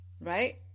right